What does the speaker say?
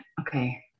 okay